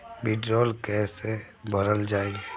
वीडरौल कैसे भरल जाइ?